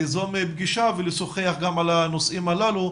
ליזום פגישה ולשוחח גם על הנושאים הללו.